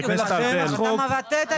זה לא בדיוק